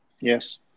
Yes